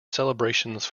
celebrations